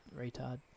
retard